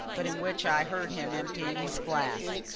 but in which i heard him emptying his glass.